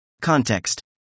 Context